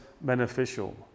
beneficial